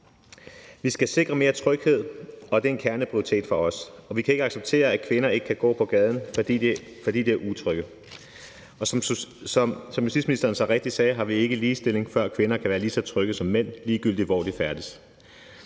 Vi skal sikre mere tryghed, det er en kerneprioritet for os, og vi kan ikke acceptere, at kvinder ikke kan gå på gaden, fordi de er utrygge. Som justitsministeren så rigtigt sagde, har vi ikke ligestilling, før kvinder kan være lige så trygge som mænd, ligegyldig hvor de færdes.